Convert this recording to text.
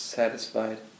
satisfied